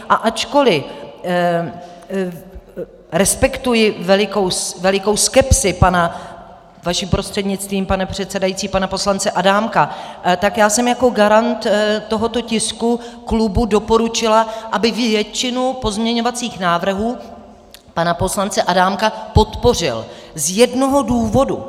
A ačkoli respektuji velikou skepsi pana, vašim prostřednictvím, pane předsedající, pana poslance Adámka, tak já jsem jako garant tohoto tisku klubu doporučila, aby většinu pozměňovacích návrhů pana poslance Adámka podpořil z jednoho důvodu.